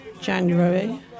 January